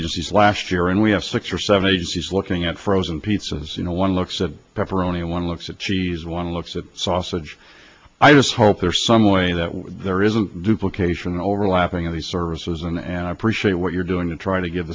agencies last year and we have six or seven agencies looking at frozen pizzas you know one looks a pepperoni one looks at cheese one looks at sausage i just hope there's some way that we're there isn't duplications overlapping of the services and i appreciate what you're doing to try to give